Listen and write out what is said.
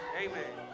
amen